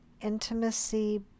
intimacy